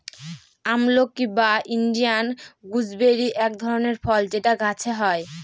আমলকি বা Indian gooseberry এক ধরনের ফল যেটা গাছে হয়